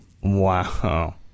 Wow